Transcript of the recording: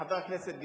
חבר הכנסת גילאון,